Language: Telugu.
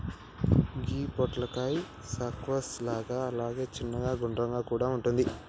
గి పొట్లకాయ స్క్వాష్ లాగా అలాగే చిన్నగ గుండ్రంగా కూడా వుంటది